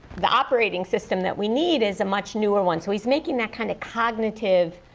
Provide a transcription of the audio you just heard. the operating system that we need is a much newer one. so he is making that kind of cognitivism,